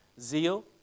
zeal